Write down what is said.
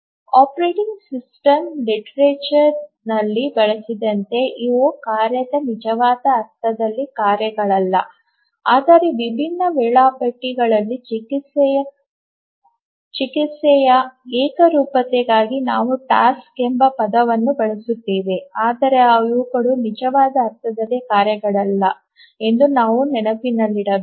operating system ಸಾಹಿತ್ಯದಲ್ಲಿ ಬಳಸಿದಂತೆ ಇವು ಕಾರ್ಯದ ನಿಜವಾದ ಅರ್ಥದಲ್ಲಿ ಕಾರ್ಯಗಳಲ್ಲ ಆದರೆ ವಿಭಿನ್ನ ವೇಳಾಪಟ್ಟಿಗಳಲ್ಲಿ ಚಿಕಿತ್ಸೆಯ ಏಕರೂಪತೆ ಗಾಗಿ ನಾವು ಟಾಸ್ಕ್ ಎಂಬ ಪದವನ್ನು ಬಳಸುತ್ತಿದ್ದೇವೆ ಆದರೆ ಇವುಗಳು ನಿಜವಾದ ಅರ್ಥದಲ್ಲಿ ಕಾರ್ಯಗಳಲ್ಲ ಎಂದು ನಾವು ನೆನಪಿನಲ್ಲಿಡಬೇಕು